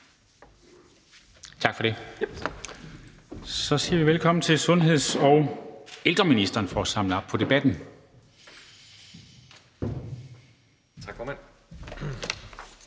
bemærkninger. Så siger vi velkommen til sundheds- og ældreministeren for at samle op på debatten. Kl.